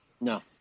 No